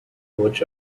watch